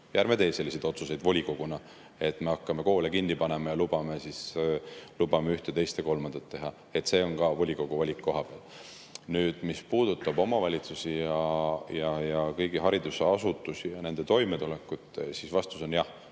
ärme tee selliseid otsuseid volikoguna, et me hakkame koole kinni panema ning lubame üht, teist ja kolmandat teha. See on volikogu valik kohapeal. Mis puudutab omavalitsusi, kõiki haridusasutusi ja nende toimetulekut, siis vastus on jah,